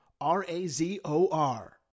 R-A-Z-O-R